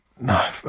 No